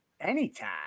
anytime